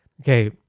okay